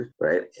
right